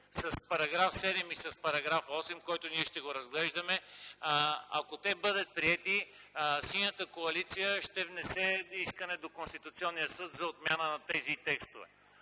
с § 7 и § 8, който ние ще разглеждаме, ако бъдат приети, Синята коалиция ще внесе искане до Конституционния съд за отмяна на тези текстове,